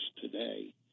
today